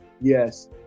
Yes